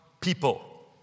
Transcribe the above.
people